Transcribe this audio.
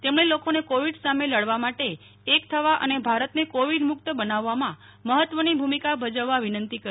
તેમણે લોકોને કોવિડ સામે લડવા માટે એક થવા અને ભારતને કોવિડ મુક્ત બનાવવામાં મહત્વની ભૂમિકા ભજવવા વિનંતી કરી